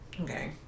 Okay